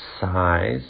size